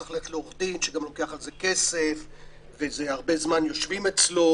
צריך ללכת לעורך דין שגם לוקח על זה כסף והרבה זמן יושבים אצלו,